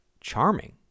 charming